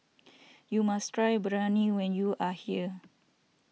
you must try Biryani when you are here